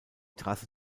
trasse